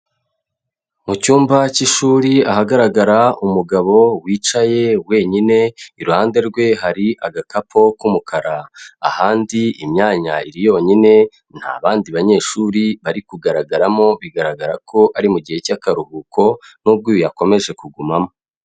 Mu cyumba k'ishuri ahagaragara umugabo wicaye wenyine, iruhande rwe hari agakapu k'umukara, ahandi imyanya iri yonyine nta bandi banyeshuri bari kugaragaramo bigaragara ko ari mu gihe cy'akaruhuko nubwo uyu yakomeje kugumamo.